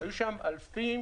היו שם אלפים,